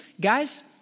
guys